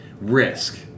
risk